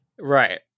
right